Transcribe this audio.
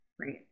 Right